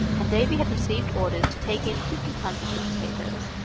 and davy had received orders to take in fifty tons of the potatoes,